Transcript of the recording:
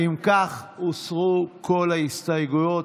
אם כך, הוסרו כל ההסתייגויות.